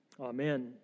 Amen